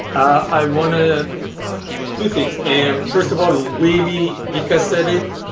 i wanna, two things man. first of all really, bikas said it,